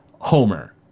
Homer